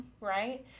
Right